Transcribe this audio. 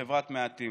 בחברת מעטים.